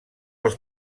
els